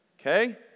Okay